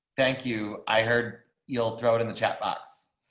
thank you. i heard you'll throw it in the chat box.